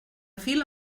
fila